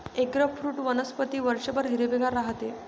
eggfruit वनस्पती वर्षभर हिरवेगार राहते